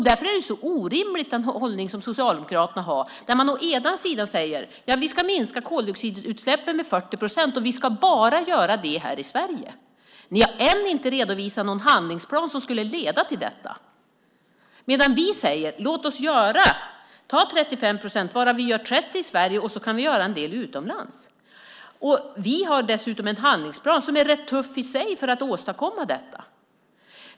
Därför är Socialdemokraternas hållning så orimlig. Ni säger att vi ska minska koldioxidutsläppen med 40 procent och att vi ska göra det bara här i Sverige - ni har ännu inte redovisat någon handlingsplan som skulle leda till detta - medan vi säger: Låt oss ta 35 procent, varav 30 procent i Sverige, och sedan kan vi göra en del utomlands. Vi har dessutom en handlingsplan som är rätt tuff i sig för att åstadkomma detta.